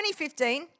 2015